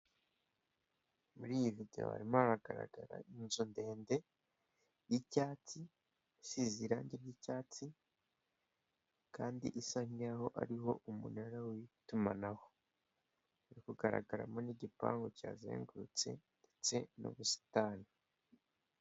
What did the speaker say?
Muri iyi videwo harimo haragaragara inzu ndende y'icyatsi usize irangi ry'icyatsi kandi isa nkaho hariho umunara w'itumanaho iri kugaragaramo n'igipangu cyihazengurutse ndetse n'ubusitani.